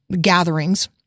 gatherings